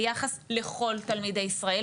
ביחס לכל תלמידי ישראל,